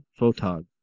Photog